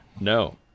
No